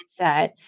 mindset